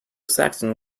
saxon